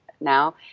now